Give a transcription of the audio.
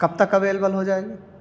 کب تک اویلیبل ہو جائے گے